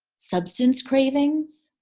substance cravings.